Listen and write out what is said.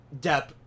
Depp